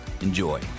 Enjoy